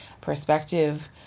perspective